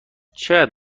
چقدر